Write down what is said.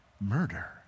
murder